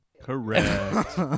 correct